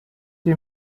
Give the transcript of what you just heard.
die